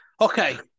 Okay